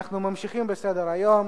אנחנו ממשיכים בסדר-היום.